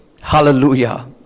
hallelujah